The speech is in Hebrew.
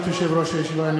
ברשות יושב-ראש הישיבה,